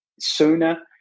Sooner